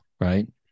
right